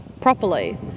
properly